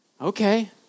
okay